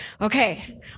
okay